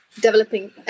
developing